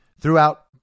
throughout